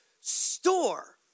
store